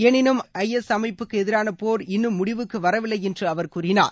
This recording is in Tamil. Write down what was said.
எனினும் ஐ எஸ் ஐ எஸ் அமைப்புக்கு எதிரான போர் இன்னும் முடிவுக்கு வரவில்லை என்று அவர் கூறினார்